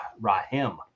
Rahim